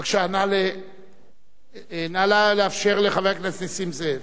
בבקשה, נא לאפשר לחבר הכנסת נסים זאב.